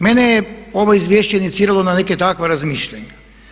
Mene je ovo izvješće iniciralo na neka takva razmišljanja.